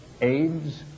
AIDS